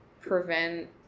prevent